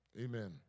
amen